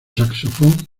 saxofón